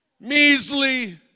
Measly